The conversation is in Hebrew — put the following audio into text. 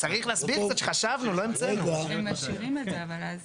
הם משאירים את זה אבל אז